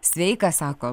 sveika sako